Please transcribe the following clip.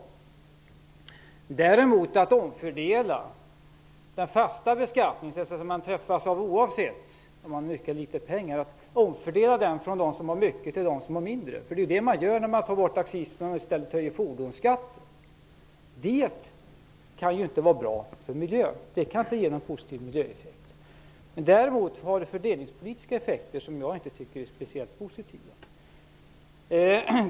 Att däremot omfördela den fasta beskattningen, som träffar alla oavsett om de har mycket eller litet pengar, från dem som har mycket till dem som har mindre - det är ju det man gör när man tar bort accisen och i stället höjer fordonsskatten - kan ju inte vara bra för miljön. Det kan inte ge någon positiv miljöeffekt. Däremot har det fördelningspolitiska effekter som jag inte tycker är speciellt positiva.